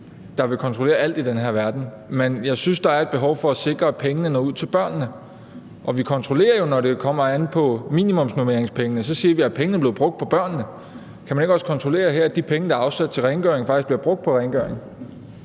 der vil kontrollere alt i den her verden, men jeg synes, der er behov for at sikre, at pengene når ud til børnene. Og vi kontrollerer jo, når det kommer an på minimumsnormeringspengene. Så spørger vi: Er pengene blevet brugt på børnene? Kan man ikke også kontrollere her, at de penge, der er afsat til rengøring, faktisk bliver brugt på rengøring?